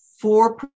four